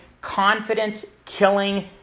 confidence-killing